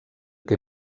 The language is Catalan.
què